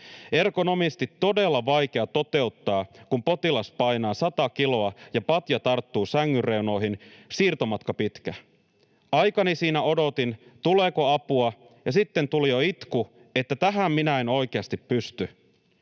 Ergonomisesti todella vaikea toteuttaa, kun potilas painaa sata kiloa ja patja tarttuu sängynreunoihin, siirtomatka pitkä. Aikani siinä odotin, tuleeko apua, ja sitten tuli jo itku, että tähän minä en oikeasti pysty.